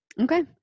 Okay